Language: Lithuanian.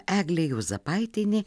eglė juozapaitienė